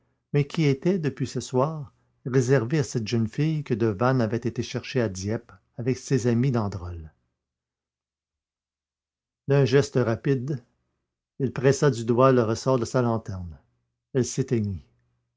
mais qui était depuis ce soir réservé à cette jeune fille que devanne avait été chercher à dieppe avec ses amis d'androl d'un geste rapide il pressa du doigt le ressort de sa lanterne elle s'éteignit